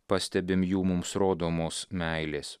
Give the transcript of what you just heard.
pastebim jų mums rodomos meilės